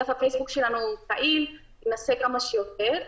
דף הפייסבוק שלנו פעיל, ננסה כמה שיותר.